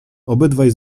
obydwaj